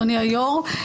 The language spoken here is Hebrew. אדוני היושב-ראש,